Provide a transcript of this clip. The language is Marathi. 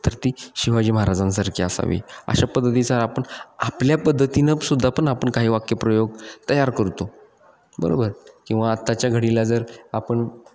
तर ती शिवाजी महाराजांसारखी असावी अशा पद्धतीचा आपण आपल्या पद्धतीनं सुद्धा पण आपण काही वाक्यप्रयोग तयार करतो बरोबर किंवा आत्ताच्या घडीला जर आपण